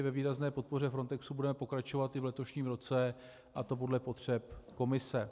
Ve výrazné podpoře Frontexu budeme pokračovat i v letošním roce, a to podle potřeb Komise.